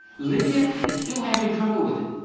libya is still having trouble with it.